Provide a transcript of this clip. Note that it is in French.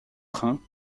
trains